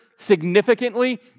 significantly